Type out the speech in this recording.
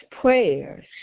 prayers